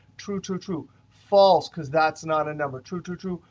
true, true, true, false because that's not a number. true, true, true,